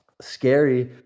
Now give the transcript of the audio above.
scary